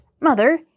mother